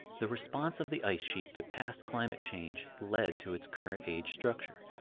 the response of the ice sheet to past climate change led to its current age structure.